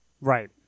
Right